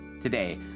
Today